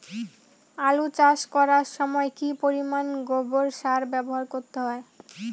আলু চাষ করার সময় কি পরিমাণ গোবর সার ব্যবহার করতে হবে?